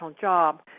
job